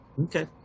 Okay